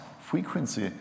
frequency